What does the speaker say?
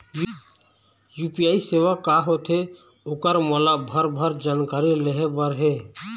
UPI सेवा का होथे ओकर मोला भरभर जानकारी लेहे बर हे?